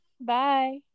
bye